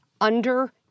under-